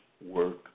work